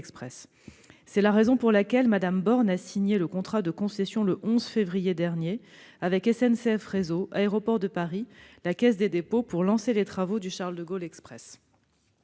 C'est la raison pour laquelle Mme Borne a signé le contrat de concession le 11 février dernier avec SNCF Réseau, Aéroports de Paris et la Caisse des dépôts et consignations, lançant les travaux du Charles-de-Gaulle Express.